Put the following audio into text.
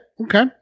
okay